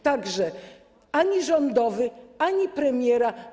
Tak że ani rządowy, ani premiera.